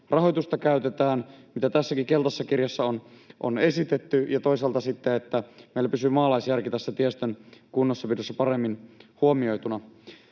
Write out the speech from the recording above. rahoitusta käytetään, mitä tässäkin keltaisessa kirjassa on esitetty, niin että meillä toisaalta pysyy myös maalaisjärki tässä tiestön kunnossapidossa paremmin huomioituna.